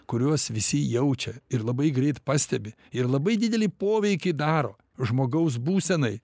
kuriuos visi jaučia ir labai greit pastebi ir labai didelį poveikį daro žmogaus būsenai